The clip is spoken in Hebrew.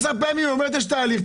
היא אומרת שיש תהליך,